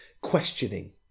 questioning